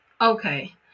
okay